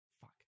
Fuck